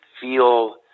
feel